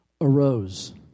arose